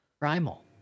Primal